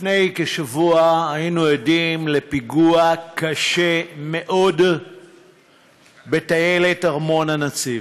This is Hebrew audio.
לפני כשבוע היינו עדים לפיגוע קשה מאוד בטיילת ארמון-הנציב.